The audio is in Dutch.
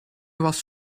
was